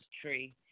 tree